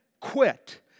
quit